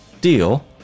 deal